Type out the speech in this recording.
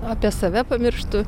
apie save pamirštų